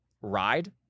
ride